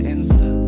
Insta